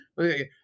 okay